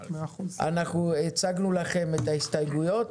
אנחנו הצגנו לכם את ההסתייגויות.